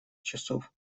часов